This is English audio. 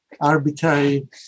arbitrary